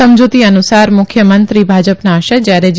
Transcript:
સમજુતી અનુસાર મુખ્યમંત્રી ભાજપના હશે જયારે જે